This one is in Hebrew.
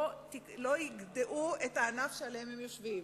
לא יגדעו את הענף שעליו הם יושבים.